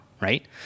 right